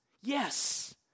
Yes